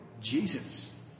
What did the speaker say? Jesus